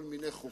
כל מיני חוקים,